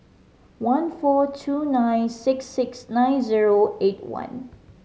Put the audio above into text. one four two nine six six nine zero eight one